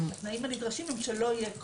התנאים הנדרשים הם שלא יהיה קושי.